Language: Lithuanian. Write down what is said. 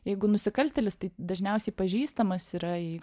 jeigu nusikaltėlis tai dažniausiai pažįstamas yra